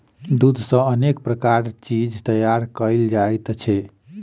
दूध सॅ अनेक प्रकारक चीज तैयार कयल जाइत छै